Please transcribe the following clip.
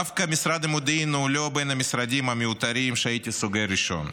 דווקא משרד המודיעין הוא לא בין המשרדים המיותרים שהייתי סוגר ראשון,